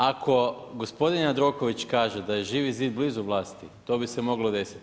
Ako gospodin Jandroković kaže da je Živi zid blizu vlasti, to bi se moglo desiti.